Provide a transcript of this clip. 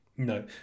No